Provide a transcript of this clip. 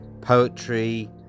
poetry